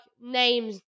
names